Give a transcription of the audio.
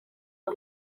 uko